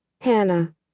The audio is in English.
Hannah